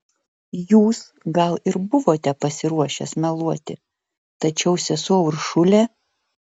jūs gal ir buvote pasiruošęs meluoti tačiau sesuo uršulė